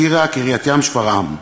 טירה, קריית-ים, שפרעם.